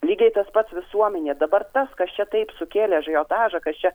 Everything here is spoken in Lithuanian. lygiai tas pats visuomenė dabar tas kas čia taip sukėlė ažiotažą kas čia